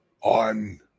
on